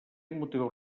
motius